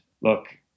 look